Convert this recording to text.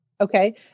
Okay